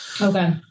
Okay